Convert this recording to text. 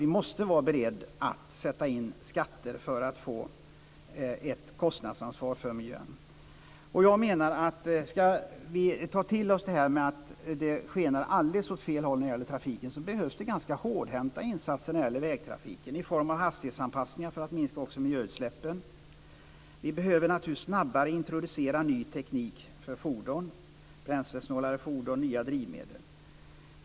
Vi måste vara beredda att sätta in skatter för att få ett kostnadsansvar för miljön. Jag menar att om vi skall ta till oss detta med att det skenar alldeles åt fel håll när det gäller trafiken behövs det ganska hårdhänta insatser i form av hastighetsanpassningar för att minska miljöutsläppen. Vi behöver naturligtvis snabbare introducera ny teknik för fordon, t.ex. bränslesnålare fordon och nya drivmedel.